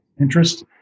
interest